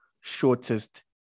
shortest